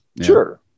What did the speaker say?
sure